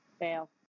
Fail